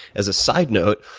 as a side note,